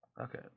Okay